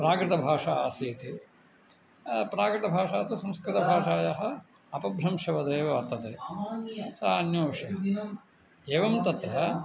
प्राकृतभाषा आसीदिति प्राकृतभाषा तु संस्कृतभाषायाः अपभ्रंशवदेव वर्तते सा अन्यो विषयः एवं तत्र